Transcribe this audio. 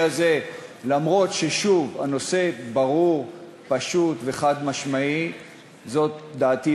זאת אומרת,